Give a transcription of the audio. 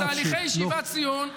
בעקבות תהליכי שיבת ציון,